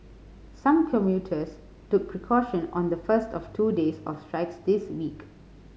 some commuters took precaution on the first of two days of strikes this week